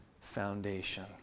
foundation